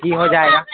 جی ہو جائے گا